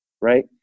right